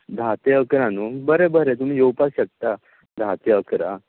धा तें अकरा न्हू बरें बरें तुमी येवपाक शकता धा तें अकरा